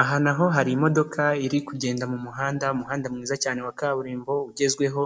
Aha na ho hari imodoka iri kugenda mu muhanda, umuhanda mwiza cyane wa kaburimbo ugezweho